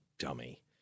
dummy